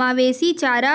मवेशी चारा